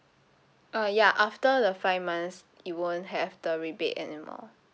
uh ya after the five months it won't have the rebate anymore